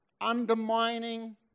undermining